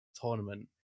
tournament